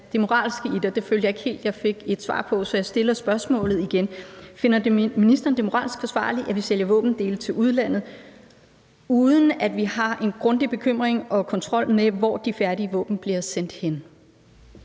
det moralske i det, og det følte jeg ikke helt jeg fik et svar på, så jeg stiller spørgsmålet igen: Finder ministeren det moralsk forsvarligt, at vi sælger våbendele til udlandet, uden at vi har en seriøs bekymring om og kontrol med, hvor de færdige våben bliver sendt hen?